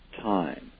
time